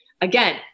again